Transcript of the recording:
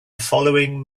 following